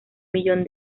millón